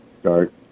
start